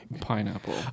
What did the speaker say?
Pineapple